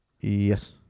Yes